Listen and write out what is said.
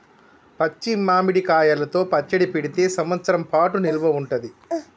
పచ్చి మామిడి కాయలతో పచ్చడి పెడితే సంవత్సరం పాటు నిల్వ ఉంటది